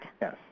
Yes